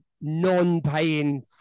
non-paying